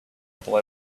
boy